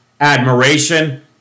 admiration